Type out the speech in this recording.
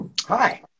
Hi